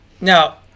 Now